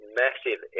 massive